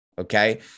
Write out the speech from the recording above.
Okay